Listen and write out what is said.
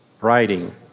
writing